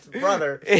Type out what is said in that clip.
brother